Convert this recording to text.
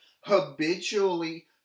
habitually